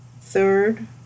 Third